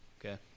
Okay